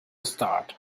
start